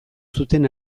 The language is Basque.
zuten